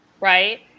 right